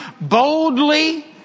boldly